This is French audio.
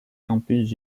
campus